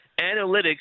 analytics